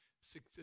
six